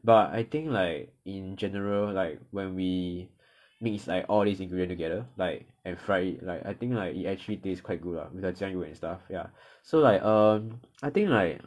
but I think like in general like when we mix like all these ingredient together like and fry it like I think like it actually taste quite good lah the 酱油 and stuff ya so like um I think like